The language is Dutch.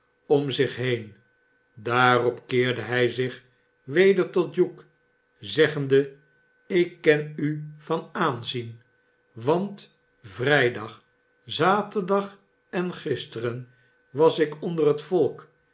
om zich heen daarop keerde hij zich weder tot hugh zeggende ik ken u van aanzien want vrijdag zaterdag en gisteren was ik onder het volk